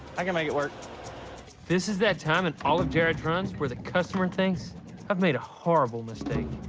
i can make it work this is that time in all of jared's runs where the customer thinks i've made a horrible mistake